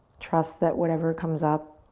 trust that whatever comes up